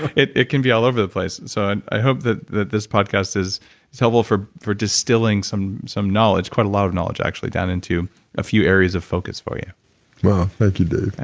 it it can be all over the place, and so i hope that this podcast is helpful for for distilling some some knowledge, quite a lot of knowledge actually done into a few areas of focus for you thank you, dave and